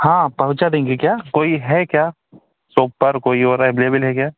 हाँ पहुंचा देंगे क्या कोई है क्या शॉप पर कोई और अवेलेबल है क्या